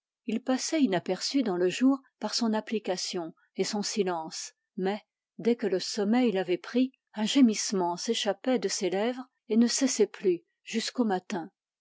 il passait inaperçu dans le jour par son application et son silence mais dès que le sommeil l'avait pris un gémissement s'échappait de ses lèvres et ne cessait plus jusqu'au matin